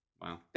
Wow